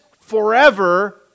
forever